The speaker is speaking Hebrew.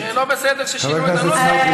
שלא בסדר ששינו את הנוסח?